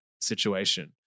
situation